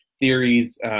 theories